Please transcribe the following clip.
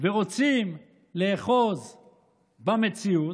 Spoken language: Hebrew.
ורוצים לאחוז במציאות?